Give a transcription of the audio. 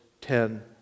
ten